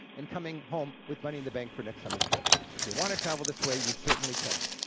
and coming home with money in the bank for next summer's trip. if you want to travel this way you certainly can.